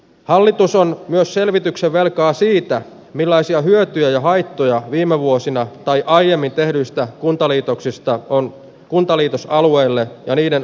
hallitus on myös selvityksen velkaa siitä millaisia hyötyjä ja haittoja viime vuosina tai aiemmin tehdystä kuntaliitoksesta on kuntaliitos alueelle jääneiden